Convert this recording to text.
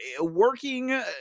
working